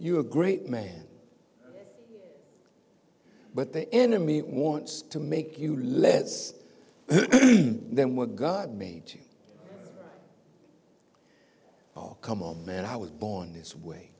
you are a great man but the enemy wants to make you less then what god made you all come oh man i was born this way